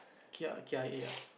kia K I A ah